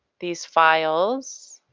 these files.